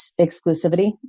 exclusivity